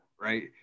right